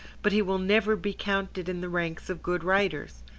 but he will never be counted in the ranks of good writers.